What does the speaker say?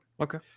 Okay